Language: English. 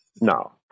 no